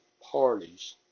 parties